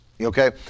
Okay